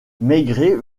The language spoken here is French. maigret